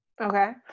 Okay